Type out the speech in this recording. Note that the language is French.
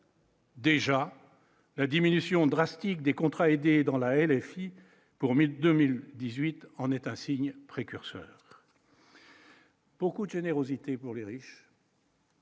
Déjà la diminution drastique des contrats aidés dans la LFI pour mai 2018 en est un signe précurseur. Beaucoup de générosité pour les riches.